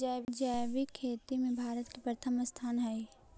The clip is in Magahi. जैविक खेती में भारत के प्रथम स्थान हई